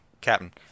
Captain